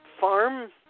farm